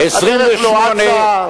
הדרך לא אצה.